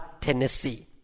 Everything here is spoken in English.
Tennessee